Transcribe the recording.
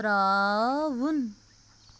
ترٛاوُن